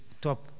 top